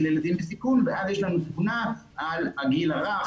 ילדים בסיכון ואז יש לנו תמונה על הגיל הרך,